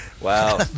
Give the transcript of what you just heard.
wow